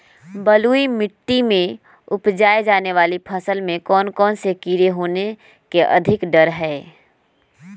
बलुई मिट्टी में उपजाय जाने वाली फसल में कौन कौन से कीड़े होने के अधिक डर हैं?